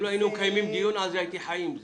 אם לא היינו מקיימים דיון על זה, הייתי חי עם זה.